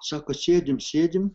sako sėdim sėdim